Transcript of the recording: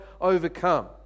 overcome